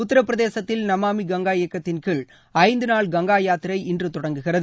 உத்தரப்பிரதேசத்தில் நமாமி கங்கா இயக்கத்தின் கீழ் ஐந்து நாள் கங்கா யாத்திரை இன்று தொடங்குகிறது